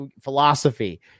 philosophy